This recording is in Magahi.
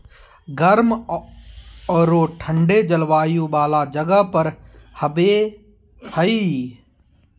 गर्म औरो ठन्डे जलवायु वाला जगह पर हबैय हइ